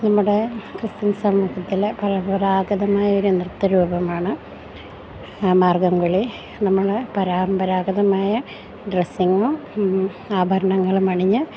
നമ്മുടെ ക്രിസ്ത്യൻ സമൂഹത്തിലെ പരമ്പരാഗതമായ ഒരു നൃത്തരൂപമാണ് മാർഗ്ഗംകളി നമ്മൾ പരമ്പരാഗതമായ ഡ്രസ്സിങ്ങും ആഭരണങ്ങളുമണിഞ്ഞ്